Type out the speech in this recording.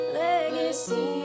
legacy